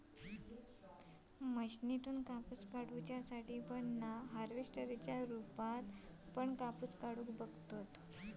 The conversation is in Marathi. मशीनका कापूस काढुच्या हार्वेस्टर च्या रुपात पण बघतत